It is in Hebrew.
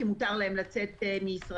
כי מותר להם לצאת מישראל,